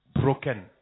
broken